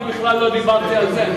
אני בכלל לא דיברתי על זה.